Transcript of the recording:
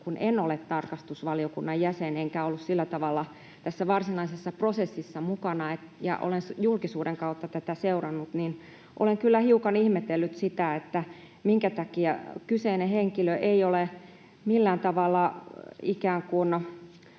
kun en ole tarkastusvaliokunnan jäsen enkä ollut sillä tavalla tässä varsinaisessa prosessissa mukana ja olen julkisuuden kautta tätä seurannut, että olen kyllä hiukan ihmetellyt sitä, minkä takia kyseinen henkilö ei ole millään tavalla ikään kuin